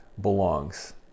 belongs